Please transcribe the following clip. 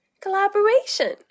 collaboration